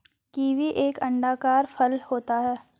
kiwi एक अंडाकार फल होता है